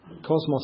cosmos